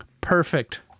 perfect